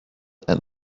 and